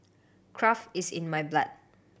craft is in my blood